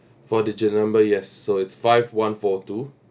four digit number yes so it's five one four two